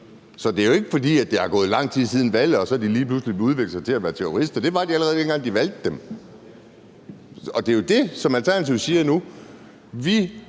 Så det er jo ikke, fordi der er gået lang tid siden valget, og at de så lige pludselig har udviklet sig til at være til terrorister. Det var de, allerede dengang de valgte dem. Det, som Alternativet siger nu,